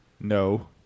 no